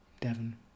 Devon